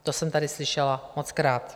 To jsem tady slyšela mockrát.